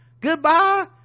Goodbye